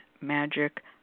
magic